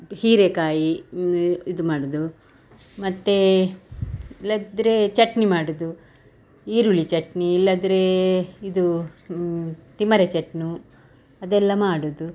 ಹೀರೇಕಾಯಿ ಇದು ಮಾಡುವುದು ಮತ್ತು ಇಲ್ಲದಿದ್ರೇ ಚಟ್ನಿ ಮಾಡುವುದು ಈರುಳ್ಳಿ ಚಟ್ನಿ ಇಲ್ಲದಿದ್ರೇ ಇದು ತಿಮ್ಮರೆ ಚಟ್ನಿ ಅದೆಲ್ಲ ಮಾಡುವುದು